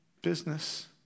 business